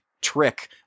trick